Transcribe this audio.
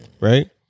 Right